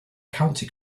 county